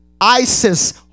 Isis